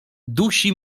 dusi